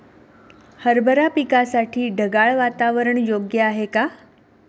हरभरा पिकासाठी ढगाळ वातावरण योग्य आहे का?